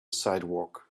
sidewalk